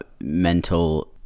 mental